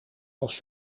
als